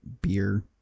beer